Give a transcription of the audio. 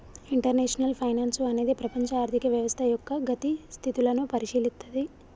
international finance అనేది ప్రపంచ ఆర్థిక వ్యవస్థ యొక్క గతి స్థితులను పరిశీలిత్తది